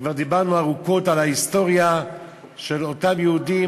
כבר דיברנו ארוכות על ההיסטוריה של אותם יהודים,